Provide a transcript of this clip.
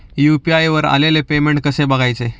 UPI वर आलेले payment कसे बघायचे?